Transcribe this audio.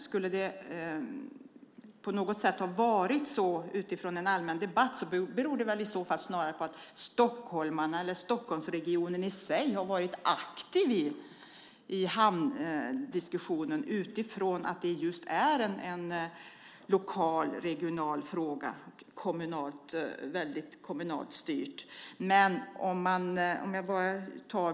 Skulle det på något sätt ha varit så utifrån en allmän debatt beror det väl snarare på att Stockholmsregionen i sig har varit aktiv i hamndiskussionen utifrån att det just är en lokal och regional fråga, väldigt kommunalt styrd.